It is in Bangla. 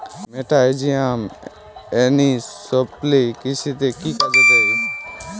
মেটাহিজিয়াম এনিসোপ্লি কৃষিতে কি কাজে দেয়?